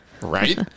Right